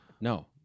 No